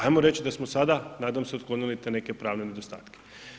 Ajmo reći da smo sada nadam se otklonili te neke pravne nedostatke.